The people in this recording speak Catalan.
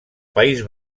país